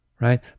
Right